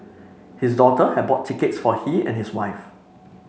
his daughter had bought tickets for he and his wife